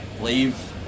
leave